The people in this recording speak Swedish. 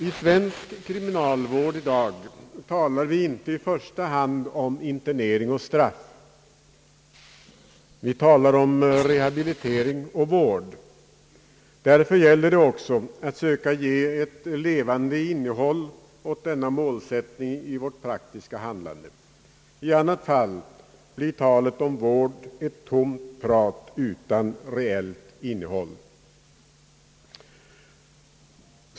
I svensk kriminalvård i dag talar vi inte i första hand om internering och straff, vi talar om rehabilitering och vård. Därför gäller det också att söka ge levande innehåll åt denna målsättning i vårt praktiska handlande. I annat fall blir talet om vård ett tomt prat utan reellt innehåll.